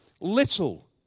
little